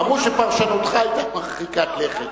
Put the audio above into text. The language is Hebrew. אמרו שפרשנותך היתה מרחיקת לכת.